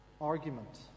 argument